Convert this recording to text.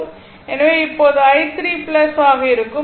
எனவே இப்போது i3 ஆக இருக்கும்